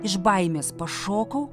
iš baimės pašokau